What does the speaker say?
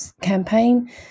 campaign